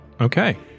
Okay